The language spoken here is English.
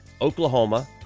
Oklahoma